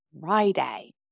Friday